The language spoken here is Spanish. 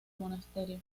monasterio